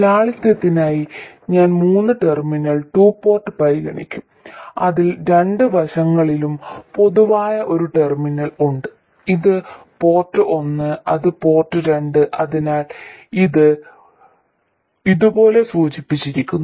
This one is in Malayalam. ലാളിത്യത്തിനായി ഞാൻ മൂന്ന് ടെർമിനൽ ടു പോർട്ട് പരിഗണിക്കും അതിൽ രണ്ട് വശങ്ങളിലും പൊതുവായ ഒരു ടെർമിനൽ ഉണ്ട് ഇത് പോർട്ട് ഒന്ന് അത് പോർട്ട് രണ്ട് അതിനാൽ ഇത് ഇതുപോലെ സൂചിപ്പിച്ചിരിക്കുന്നു